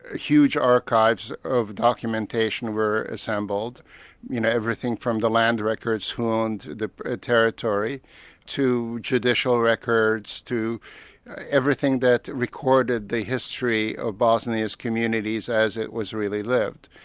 ah huge archives of documentation were assembled in you know everything from the land records, who owned the territory to traditional records, to everything that recorded the history of bosnia's communities as it was really lived.